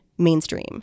mainstream